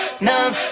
numb